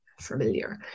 familiar